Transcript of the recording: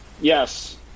Yes